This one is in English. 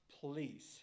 please